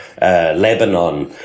Lebanon